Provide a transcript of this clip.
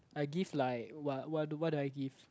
I give like what what do what do I give